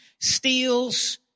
steals